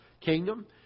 kingdom